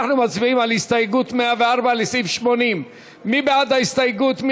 אנחנו מצביעים על הסתייגות 104 לסעיף 80. מי בעד ההסתייגות?